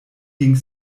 ging